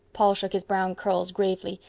paul shook his brown curls gravely.